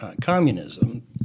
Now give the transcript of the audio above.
communism